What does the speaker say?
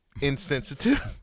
insensitive